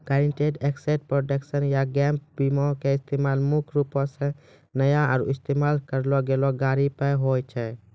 guaranteed asset protection या gap बीमा के इस्तेमाल मुख्य रूपो से नया आरु इस्तेमाल करलो गेलो गाड़ी पर होय छै